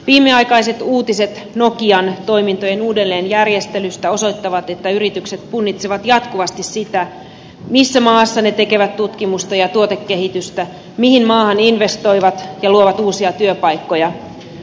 viimeaikaiset uutiset nokian toimintojen uudelleenjärjestelystä osoittavat että yritykset punnitsevat jatkuvasti sitä missä maassa ne tekevät tutkimusta ja tuotekehitystä mihin maahan investoivat ja luovat uusia työpaikkoja